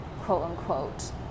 quote-unquote